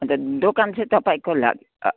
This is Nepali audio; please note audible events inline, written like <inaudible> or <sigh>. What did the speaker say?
अन्त दोकान चाहिँ तपाईँको <unintelligible>